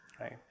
right